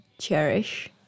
cherish